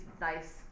nice